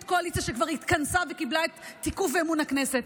קואליציה שכבר התכנסה וקיבלה את תיקוף ואמון הכנסת,